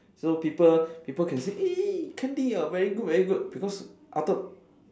so people people can say eh candy you are very good very good because